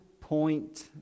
point